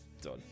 done